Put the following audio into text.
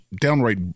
downright